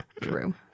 true